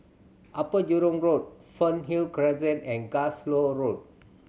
Upper Jurong Road Fernhill Crescent and Glasgow Road